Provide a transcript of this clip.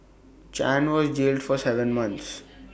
chan was jailed for Seven months